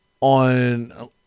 on